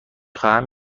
خواهم